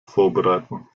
vorbereiten